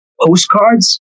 postcards